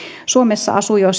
suomessa asuu jo